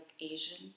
Asian